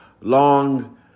long